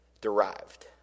derived